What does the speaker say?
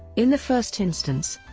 in the first instance,